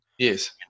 Yes